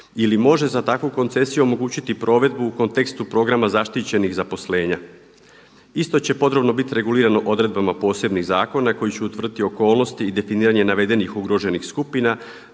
ili može za takvu koncesiju omogućiti provedbu u kontekstu programa zaštićenih zaposlenja. Isto će podrobno biti regulirano odredbama posebnih zakona koji će utvrditi okolnosti i definiranje navedenih ugroženih skupina